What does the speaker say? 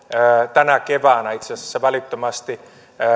tänä keväänä itse asiassa välittömästi